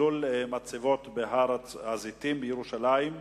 הר-הזיתים, כל שטחי המצבות, הושלם,